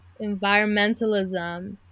environmentalism